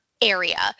area